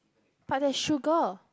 but there is sugar